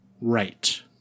right